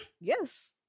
Yes